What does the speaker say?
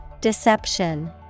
Deception